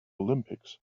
olympics